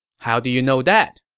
how do you know that?